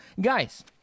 guys